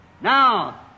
Now